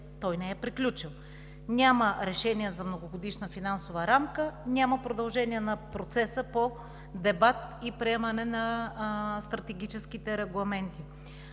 той не е приключен. Няма решение за многогодишна финансова рамка, няма продължение на процеса по дебата и приемане на стратегическите регламенти.